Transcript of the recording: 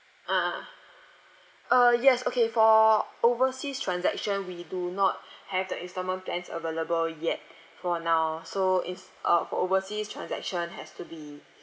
ah ah uh yes okay for overseas transaction we do not have the instalment plans available yet for now so it's uh for overseas transaction has to be